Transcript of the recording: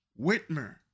Whitmer